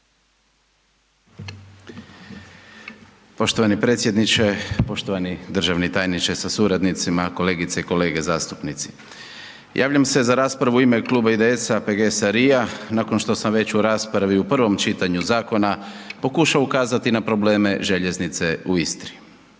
Poštovani predsjedniče, poštovani državni tajniče sa suradnicima, kolegice i kolege zastupnici, javljam se za raspravu u ime Kluba IDS-a, PGS-a, LRI-a nakon što sam već u raspravi u prvom čitanju zakona pokušao ukazati na probleme željeznice u Istri.